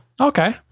okay